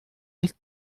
nicht